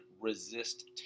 resist